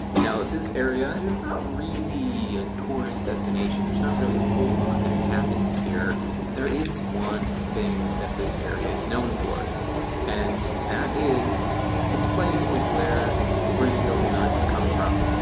now this area and is not really a tourist destination. there's not really a whole lot that happens here but there is one thing that this area is known for and that is this place is where brazil nuts come from.